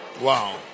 Wow